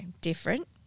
different